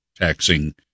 taxing